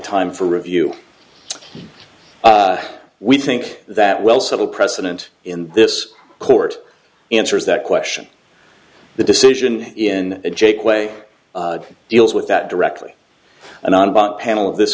time for review we think that will settle precedent in this court answers that question the decision in a jake way deals with that directly and on but panel of this